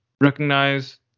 recognize